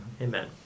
Amen